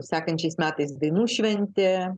sekančiais metais dainų šventė